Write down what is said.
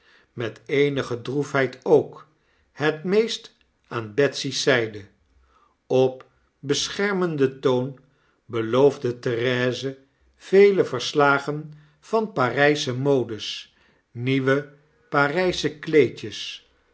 met eenige droefheid ook het meest aan betsy's zyde dp beschermenden toon beloofde therese vele verslagen van parysche modes nieuwe parpche kleedjes